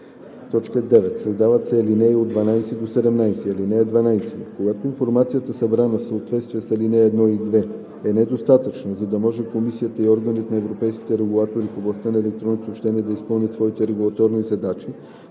9. Създават се ал. 12 – 17: „(12) Когато информацията, събрана в съответствие с ал. 1 и 2, е недостатъчна, за да може комисията и Органът на европейските регулатори в областта на електронните съобщения да изпълняват своите регулаторни задачи,